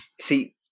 See